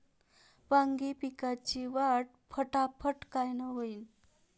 वांगी पिकाची वाढ फटाफट कायनं होईल?